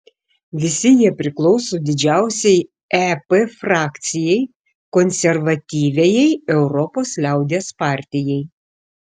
visi jie priklauso didžiausiai ep frakcijai konservatyviajai europos liaudies partijai